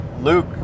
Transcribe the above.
Luke